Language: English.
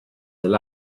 their